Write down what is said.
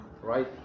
right